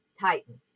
Titans